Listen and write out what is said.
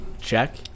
Check